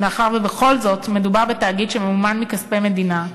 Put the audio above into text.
מאחר שבכל זאת מדובר בתאגיד הממומן מכספי המדינה,